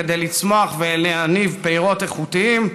כדי לצמוח ולהניב פירות איכותיים,